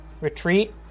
retreat